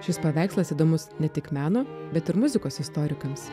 šis paveikslas įdomus ne tik meno bet ir muzikos istorikams